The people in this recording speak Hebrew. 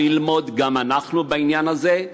ממה ללמוד בעניין הזה,